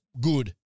good